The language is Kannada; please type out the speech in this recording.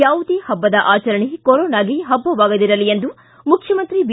ಯಾವುದೇ ಪಬ್ಬದ ಆಚರಣೆ ಕೊರೋನಾಗೆ ಪಬ್ಬವಾಗದಿರಲಿ ಎಂದು ಮುಖ್ಯಮಂತ್ರಿ ಬಿ